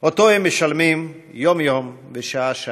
והם משלמים אותו יום-יום ושעה-שעה.